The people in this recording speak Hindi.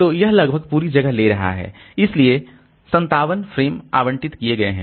तो यह लगभग पूरी जगह ले रहा है इसलिए 57 फ्रेम आवंटित किए गए हैं